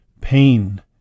Pain